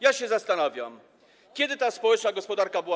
Ja się zastanawiam, kiedy ta społeczna gospodarka była.